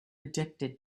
addicted